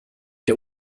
der